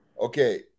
Okay